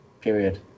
period